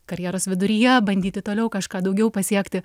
karjeros viduryje bandyti toliau kažką daugiau pasiekti